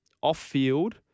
off-field